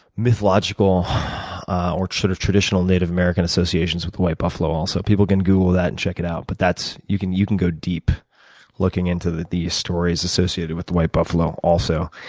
mythological or sort of traditional native american associations with the white buffalo, also. people can google that and check it out. but you can you can go deep looking into the the stories associated with the white buffalo, also.